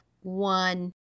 one